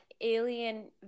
alien